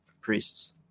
priests